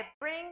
bring